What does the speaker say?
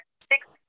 six